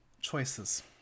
Choices